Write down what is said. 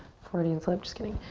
freudian slip, just kidding.